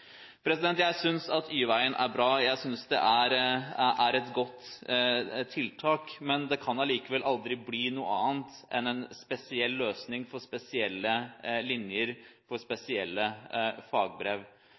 Jeg synes at Y-veien er bra. Jeg synes det er et godt tiltak, men det kan allikevel aldri bli noe annet enn en spesiell løsning for spesielle linjer, for